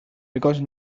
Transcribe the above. because